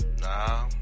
Nah